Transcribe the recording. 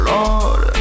Lord